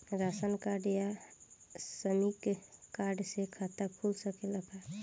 Ration card या श्रमिक card से खाता खुल सकेला का?